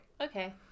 okay